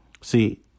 See